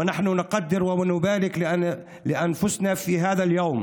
ואנו מעריכים ומברכים את עצמנו ביום הזה.